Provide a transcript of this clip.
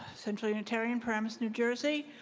central unitarian, paramus, new jersey.